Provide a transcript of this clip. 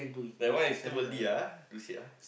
that one is too early ah to say ah